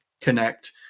connect